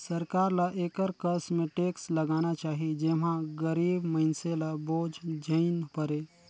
सरकार ल एकर कस में टेक्स लगाना चाही जेम्हां गरीब मइनसे ल बोझ झेइन परे